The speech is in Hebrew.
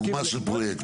דוגמא של פרויקט,